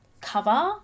cover